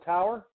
Tower